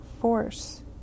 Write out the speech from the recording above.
force